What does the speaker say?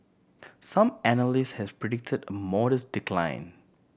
some analyst had predicted a modest decline